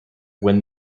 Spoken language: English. when